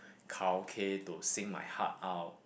karaoke to sing my heart out